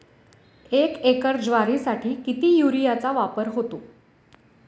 एक एकर ज्वारीसाठी किती युरियाचा वापर होतो?